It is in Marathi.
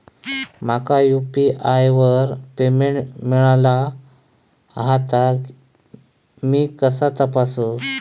माका यू.पी.आय वर पेमेंट मिळाला हा ता मी कसा तपासू?